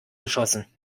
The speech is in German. geschossen